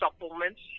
supplements